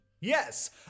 Yes